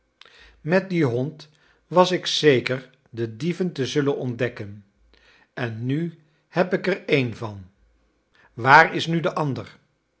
met dien hond was ik zeker de dieven te zullen ontdekken en nu heb ik er een van waar is nu de ander